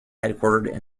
headquartered